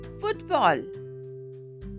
football